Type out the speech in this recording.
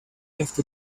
left